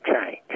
change